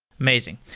amazing.